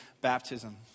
baptism